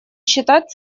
считать